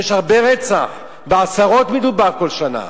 יש הרבה רצח, בעשרות מדובר כל שנה.